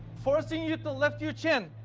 forcing you to lift your chin,